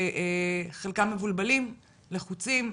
שחלקם מבולבלים, לחוצים.